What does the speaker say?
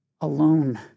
alone